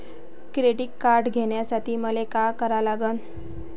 Credit card घ्यासाठी मले का करा लागन?